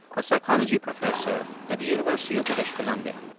a psychology professor at the university of british columbia.